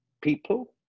people